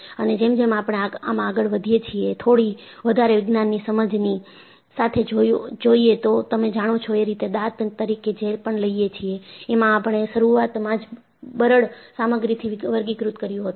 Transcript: અને જેમ જેમ આપણે આમાં આગળ વધીએ છીએ થોડી વધારે વિજ્ઞાનની સમજ ની સાથે જોયેતો તમે જાણો છો એ રીતે દાંત તરીકે જે પણ લઈએ છીએ એમાં આપણે શરૂઆતમાં જ બરડ સામગ્રીથી વર્ગીકૃત કર્યું હતું